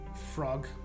frog